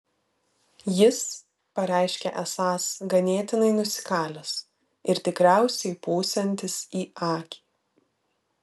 jis pareiškė esąs ganėtinai nusikalęs ir tikriausiai pūsiantis į akį